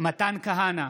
מתן כהנא,